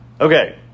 Okay